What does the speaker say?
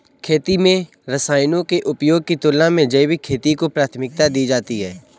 खेती में रसायनों के उपयोग की तुलना में जैविक खेती को प्राथमिकता दी जाती है